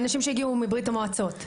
אנשים שהגיעו מברית המועצות.